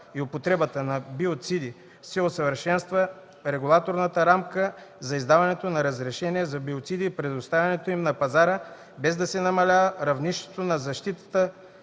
и употребата на биоциди се усъвършенства регулаторната рамка за издаването на разрешения за биоциди и предоставянето им на пазара, без да се намалява равнището на защита